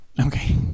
Okay